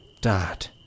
Dad